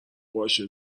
باشه